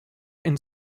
and